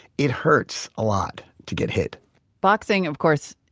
it hurts a lot to get hit boxing, of course,